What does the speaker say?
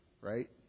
Right